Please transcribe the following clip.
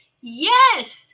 yes